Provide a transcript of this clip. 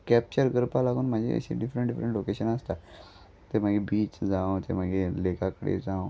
capture करपा लागून म्हगी अशें डिफरंट डिफरंट लोकेशनां आसता ते मागीर बीच जावं ते मागीर लेकाकडेन जावं